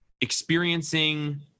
experiencing